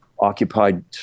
occupied